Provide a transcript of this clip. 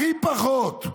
הכי פחות.